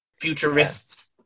futurists